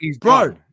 Bro